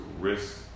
risk